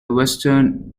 western